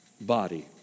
body